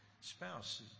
spouse